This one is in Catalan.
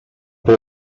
por